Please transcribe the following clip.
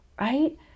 right